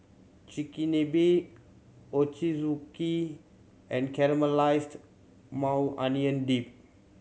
Chigenabe Ochazuke and Caramelized Maui Onion Dip